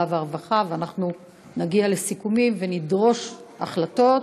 והרווחה ואנחנו נגיע לסיכומים ונדרוש החלטות.